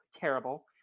terrible